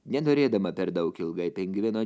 nenorėdama per daug ilgai pingvino